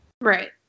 Right